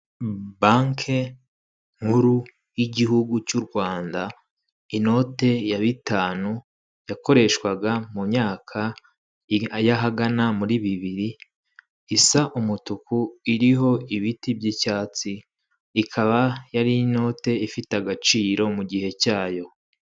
Banki nkuru y'igihugu cy'u Rwanda inote ya bitanu yakoreshwaga mu myaka y'ahagana muri bibiri isa umutuku iriho ibiti by'icyatsi, ikaba yari inote ifite agaciro mu gihe cyayo.